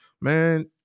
Man